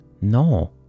No